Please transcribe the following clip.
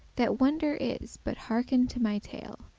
that wonder is but hearken to my tale.